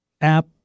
app